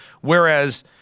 Whereas